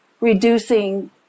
reducing